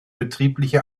betriebliche